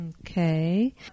Okay